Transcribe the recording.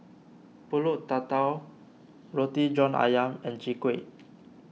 Pulut Tatal Roti John Ayam and Chwee Kueh